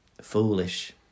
foolish